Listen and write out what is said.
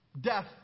death